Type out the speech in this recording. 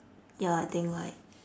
ya I think like